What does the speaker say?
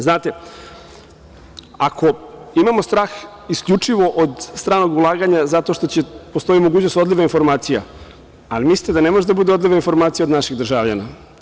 Znate, ako imamo strah isključivo od stranog ulaganja, zato postoji mogućnost odliva informacija, a da li mislite da ne može da bude odliv informacija od naših državljana?